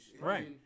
right